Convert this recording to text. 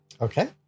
Okay